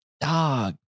dog